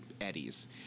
eddies